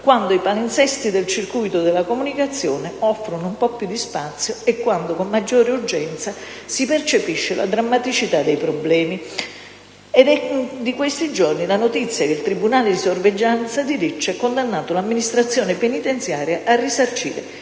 quando i palinsesti del circuito della comunicazione offrono un po' più di spazio e quando, con maggiore urgenza, si percepisce la drammaticità dei problemi. Ed è di questi giorni la notizia che il tribunale di sorveglianza di Lecce ha condannato l'amministrazione penitenziaria a risarcire